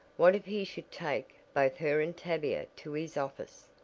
what if he should take both her and tavia to his office!